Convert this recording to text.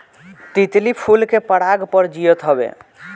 तितली फूल के पराग पर जियत हवे